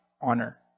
honor